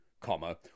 comma